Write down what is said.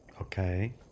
Okay